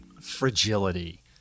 fragility